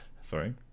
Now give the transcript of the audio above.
Sorry